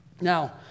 Now